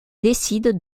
décide